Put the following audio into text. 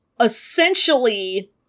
essentially